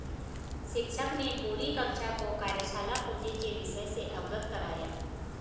शिक्षक ने पूरी कक्षा को कार्यशाला पूंजी के विषय से अवगत कराया